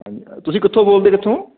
ਹਾਂਜੀ ਤੁਸੀਂ ਕਿੱਥੋਂ ਬੋਲਦੇ ਕਿੱਥੋਂ